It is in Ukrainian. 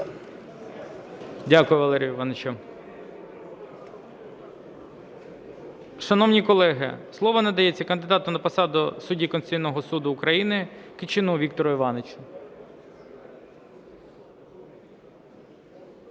Дякую, Валерію Івановичу. Шановні колеги, слово надається кандидату на посаду судді Конституційного Суду України Кичуну Віктору Івановичу.